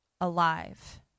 alive